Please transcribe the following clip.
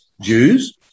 Jews